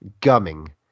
gumming